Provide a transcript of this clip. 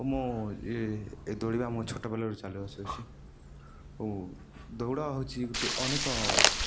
ମୁଁ ଦୌଡ଼ିବା ମୋ ଛୋଟ ବେଳରୁ ଚାଲି ଆସୁଅଛି ଓ ଦୌଡ଼ ହେଉଛି ଗୋଟେ ଅନେକ